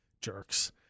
Jerks